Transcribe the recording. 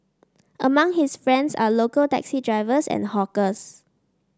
among his friends are local taxi drivers and hawkers